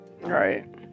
Right